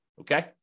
Okay